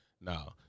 no